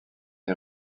est